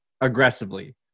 aggressively